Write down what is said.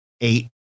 eight